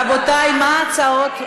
רבותי, מה ההצעות?